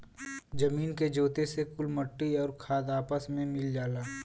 जमीन के जोते से कुल मट्टी आउर खाद आपस मे मिल जाला